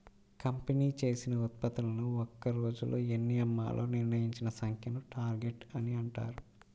company చేసిన ఉత్పత్తులను ఒక్క రోజులో ఎన్ని అమ్మాలో నిర్ణయించిన సంఖ్యను టార్గెట్ అని అంటారు